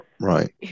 Right